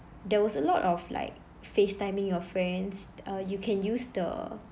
there was a lot of like facetiming your friends uh you can use the